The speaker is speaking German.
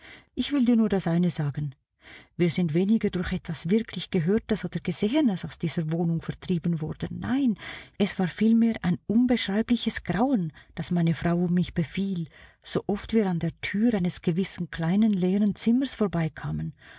ich will dir nur das eine sagen wir sind weniger durch etwas wirklich gehörtes oder gesehenes aus dieser wohnung vertrieben worden nein es war vielmehr ein unbeschreibliches grauen das meine frau und mich befiel so oft wir an der tür eines gewissen kleinen leeren zimmers vorbeikamen